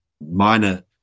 minor